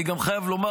אני גם חייב לומר,